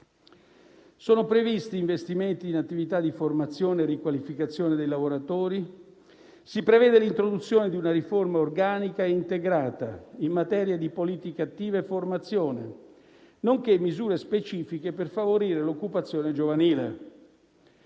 Sono previsti investimenti in attività di formazione e riqualificazione dei lavoratori, si prevedono l'introduzione di una riforma organica integrata in materia di politiche attive e formazione, nonché misure specifiche per favorire l'occupazione giovanile.